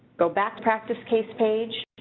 go back practice case page,